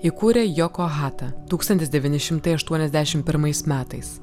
įkūrė joko hata tūkstantis devyni šimtai aštuoniasdešim pirmais metais